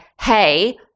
hey